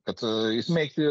kad įsmeigti